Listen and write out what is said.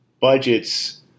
Budgets